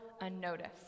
unnoticed